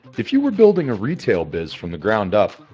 if you were building a retail biz from the ground up,